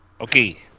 Okay